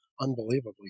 unbelievably